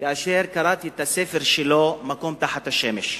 כאשר קראתי את הספר שלו "מקום תחת השמש".